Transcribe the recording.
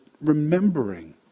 remembering